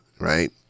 right